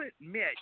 admit